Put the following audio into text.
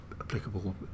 applicable